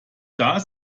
das